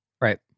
Right